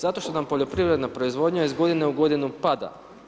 Zato što nam poljoprivredna proizvodnja iz godine u godinu pada.